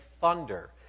thunder